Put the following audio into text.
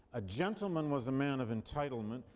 a gentleman was a man of entitlement.